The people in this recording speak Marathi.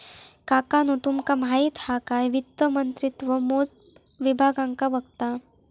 काकानु तुमका माहित हा काय वित्त मंत्रित्व मोप विभागांका बघता